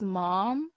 mom